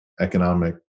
economic